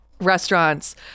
restaurants